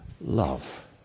love